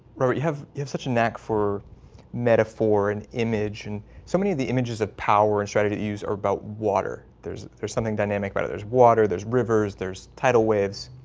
you have you have such a knack for metaphor and image and so many of the images of power and strategy to use or about water there's there's something dynamic whether but there's water there's rivers. there's tidal waves.